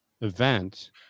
event